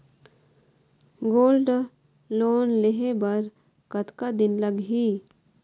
Gold loan लेहे बर कतका दिन लगही?